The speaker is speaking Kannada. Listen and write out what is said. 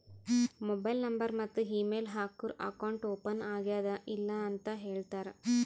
ಮೊಬೈಲ್ ನಂಬರ್ ಮತ್ತ ಇಮೇಲ್ ಹಾಕೂರ್ ಅಕೌಂಟ್ ಓಪನ್ ಆಗ್ಯಾದ್ ಇಲ್ಲ ಅಂತ ಹೇಳ್ತಾರ್